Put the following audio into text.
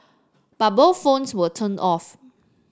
but both phones were turned off